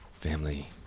Family